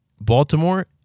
Baltimore